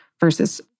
versus